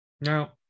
Now